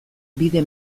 bide